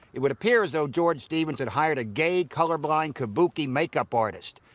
it would appear as though george stevens had hired a gay, colour-blind, kabuki make-up artist.